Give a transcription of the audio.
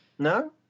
No